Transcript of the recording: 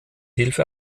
hilfe